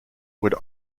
would